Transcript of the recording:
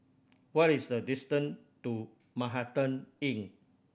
what is the distant to Manhattan Inn